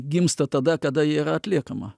gimsta tada kada ji yra atliekama